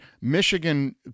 Michigan